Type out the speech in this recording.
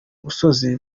musozi